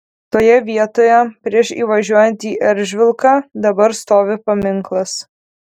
toje vietoje prieš įvažiuojant į eržvilką dabar stovi paminklas